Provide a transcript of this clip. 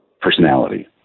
personality